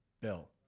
bill